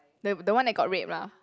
the the one that got rape lah